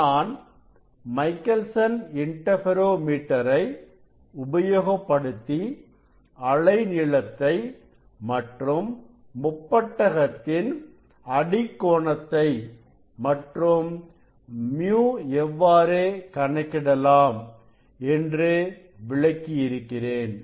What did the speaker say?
நான் மைக்கேல்சன் இன்டர்ஃபெரோ மீட்டரை உபயோகப்படுத்தி அலை நீளத்தை மற்றும் முப்பட்டகத்தின் அடிக் கோணத்தை மற்றும் µ எவ்வாறு கணக்கிடலாம் என்று விளக்கியிருக்கிறேன்